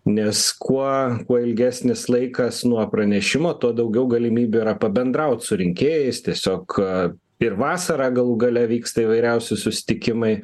nes kuo kuo ilgesnis laikas nuo pranešimo tuo daugiau galimybių yra pabendraut su rinkėjais tiesiog ir vasarą galų gale vyksta įvairiausi susitikimai